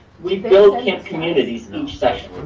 we built camp communities in those sessions.